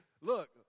Look